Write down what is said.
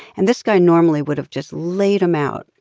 and this guy normally would have just laid them out,